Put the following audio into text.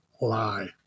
lie